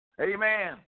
Amen